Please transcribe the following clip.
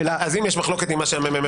אם יש מחלוקת עם מה שכתב מרכז המידע והמחקר,